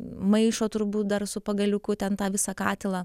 maišo turbūt dar su pagaliuku ten tą visą katilą